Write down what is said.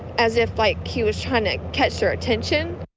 as if like he was trying to catch your attention.